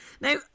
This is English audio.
Now